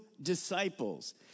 disciples